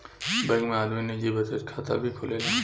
bank में आदमी निजी बचत खाता भी खोलेला